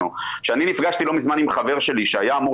כשאני נפגשתי לא מזמן עם חבר שלי שהיה אמור